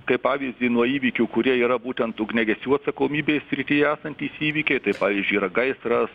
kaip pavyzdžiui nuo įvykių kurie yra būtent ugniagesių atsakomybės srityje esantys įvykiai tai pavyzdžiui yra gaisras